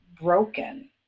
broken